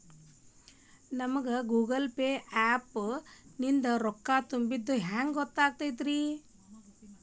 ನಮಗ Google Pay app ನಿಂದ ರೊಕ್ಕಾ ತುಂಬಿದ್ದ ಹೆಂಗ್ ಗೊತ್ತ್ ಆಗತೈತಿ?